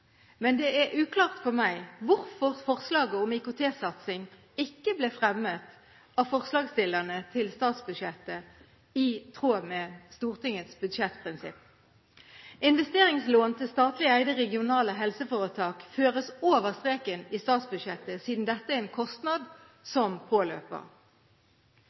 men det er uklart for meg hvorfor forslaget om IKT-satsing ikke ble fremmet av forslagsstillerne til statsbudsjettet, i tråd med Stortingets budsjettprinsipper. Investeringslån til statlig eide regionale helseforetak føres over streken i statsbudsjettet, siden dette er en kostnad som påløper.